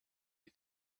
you